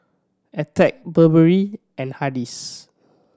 Attack Burberry and Hardy's